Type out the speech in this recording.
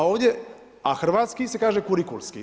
A ovdje, a hrvatski se kaže kurikulski.